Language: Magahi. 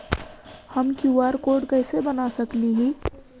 हम कियु.आर कोड कैसे बना सकली ही?